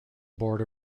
board